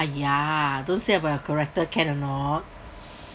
!aiya! don't say about your character can or not